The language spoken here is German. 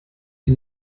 die